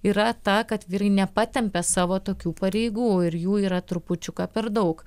yra ta kad vyrai nepatempia savo tokių pareigų ir jų yra trupučiuką per daug